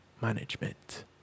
management